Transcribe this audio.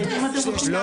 כבוד מהנדס העיר,